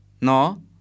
No